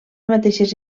mateixes